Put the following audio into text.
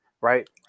right